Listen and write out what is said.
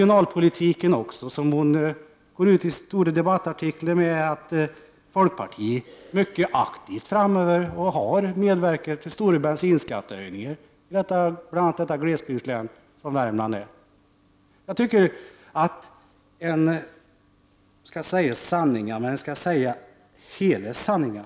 Isa Halvarsson har när hon har gått ut i stora debattartiklar förtigit att folkpartiet mycket aktivt har medverkat till stora bensinskattehöjningar både tidigare och framöver i det glesbygdslän som Värmland är. Jag tycker att man skall säga sanningen, och man skall säga hela sanningen.